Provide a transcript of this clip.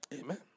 Amen